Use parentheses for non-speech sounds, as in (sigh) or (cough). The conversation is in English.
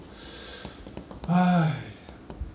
(breath) !haiya!